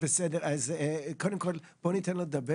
אז זו נקודה שחשוב להרחיב